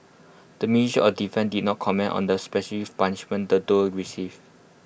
the ministry of defence did not comment on the specific punishments the duo received